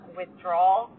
withdrawal